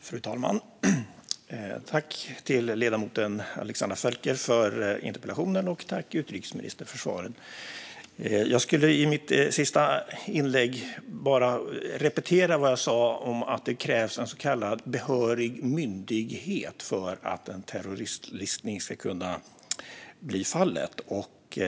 Fru talman! Tack till ledamoten Alexandra Völker för interpellationen och tack till utrikesministern för svaren! Jag vill i mitt sista inlägg bara upprepa vad jag sa om att det krävs en så kallad behörig myndighet för att en terroristlistning ska kunna bli fallet.